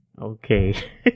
Okay